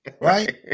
Right